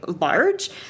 large